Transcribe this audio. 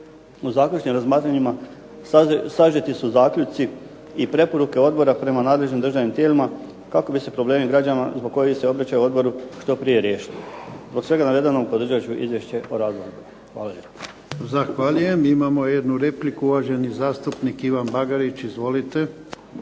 U zaključnim razmatranjima sažeti su zaključci i preporuke odbora prema nadležnim državnim tijelima, kako bi se problemi građana zbog kojih se obraćaju odboru što prije riješili. Zbog svega navedenog podržat ću izvješće …/Ne razumije se./… Hvala lijepa. **Jarnjak, Ivan (HDZ)** Zahvaljujem. Imamo jednu repliku, uvaženi zastupnik Ivan Bagarić. Izvolite.